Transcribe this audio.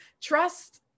Trust